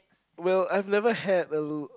well I've never had a